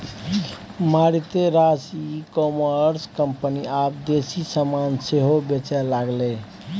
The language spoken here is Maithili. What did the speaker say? मारिते रास ई कॉमर्स कंपनी आब देसी समान सेहो बेचय लागलै